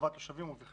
לטובת התושבים ובכלל.